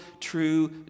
true